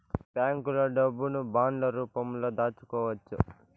బ్యాంకులో డబ్బును బాండ్ల రూపంలో దాచుకోవచ్చు